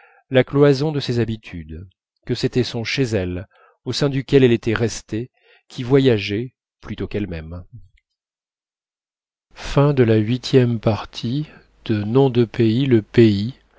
la cloison de ses habitudes que c'était son chez elle au sein duquel elle était restée qui voyageait plutôt qu'elle-même dès